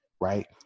right